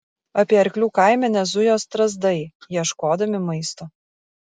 apie arklių kaimenę zujo strazdai ieškodami maisto